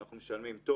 אנחנו משלמים טוב.